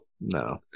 no